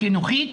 חינוכית,